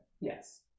Yes